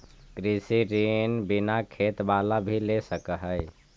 कृषि ऋण बिना खेत बाला भी ले सक है?